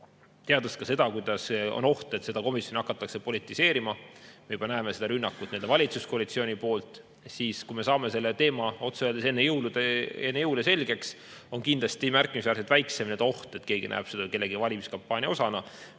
Teame ju ka seda, et on oht, et seda komisjoni hakatakse politiseerima – me juba näeme seda rünnakut valitsuskoalitsiooni poolt. Kui me saame selle teema otse öeldes enne jõule selgeks, on kindlasti märkimisväärselt väiksem oht, et keegi näeb seda kellegi valimiskampaania osana.